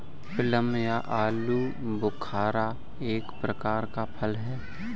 plum या आलूबुखारा एक प्रकार का फल है